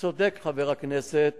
צודק חבר הכנסת